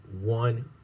one